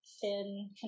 thin